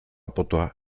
potoa